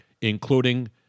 including